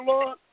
Lord